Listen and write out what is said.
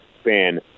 span